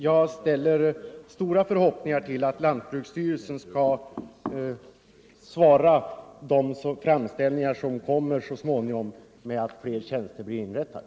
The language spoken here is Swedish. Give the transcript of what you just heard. Jag knyter stora förhoppningar till att lantbruksstyrelsen skall svara på de framställningar som kommer så småningom med att fler tjänster blir inrättade.